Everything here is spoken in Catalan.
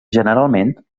generalment